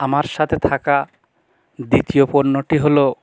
আমার সাথে থাকা দ্বিতীয় পণ্যটি হল